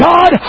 God